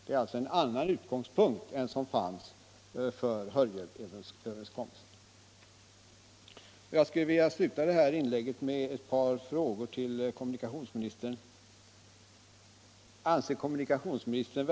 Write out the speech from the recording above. Det är alltså en annan utgångspunkt än den som fanns för Hörjelöverenskommelsen.